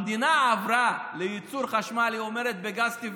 המדינה עברה לייצור חשמל בגז טבעי,